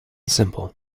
simple